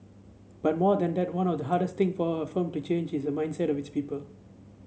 but more than that one of the hardest thing for a firm to change is the mindset of its people